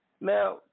Now